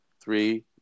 Three